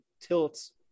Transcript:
tilts